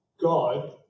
God